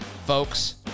Folks